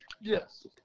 Yes